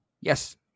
yes